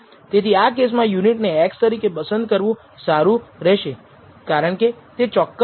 તેથી ચાલો આપણે ખરેખર જ્યારે આપણે અંતિમ ઉદાહરણ કરીએ ત્યારે આપણે આ જોશું